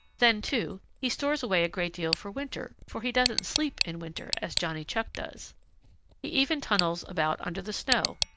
then, too, he stores away a great deal for winter, for he doesn't sleep in winter as johnny chuck does. he even tunnels about under the snow.